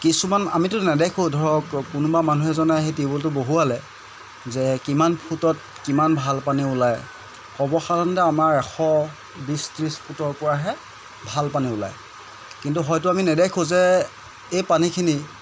কিছুমান আমিতো নেদেখোঁ ধৰক কোনোবা মানুহ এজনে আহি টিউব ৱেলটো বহুৱালে যে কিমান ফুটত কিমান ভাল পানী ওলায় সৰ্বসাধাৰণতে আমাৰ এশ বিছ ত্ৰিছ ফুটৰপৰাহে ভাল পানী ওলায় কিন্তু হয়তো আমি নেদেখোঁ যে এই পানীখিনি